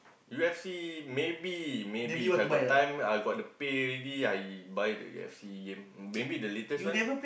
U_F_C maybe maybe If I got time I got the pay already I buy the U_F_C game maybe the latest one